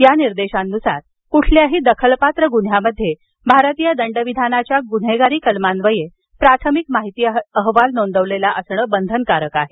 या निर्देशांनुसार कुठल्याही दखलपात्र गुन्ह्यामध्ये भारतीय दंडविधानाच्या गुन्हेगारी कलमान्वये प्राथमिक माहिती अहवाल नोंदविलेला असणं बंधनकारक आहे